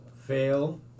fail